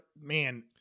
man